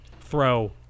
Throw